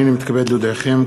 הנני מתכבד להודיעכם,